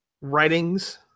writings